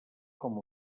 com